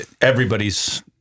everybody's